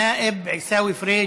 א-נאאב עיסאווי פריג',